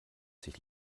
sich